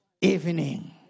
evening